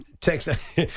Text